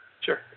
Sure